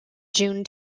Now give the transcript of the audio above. june